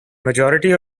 majority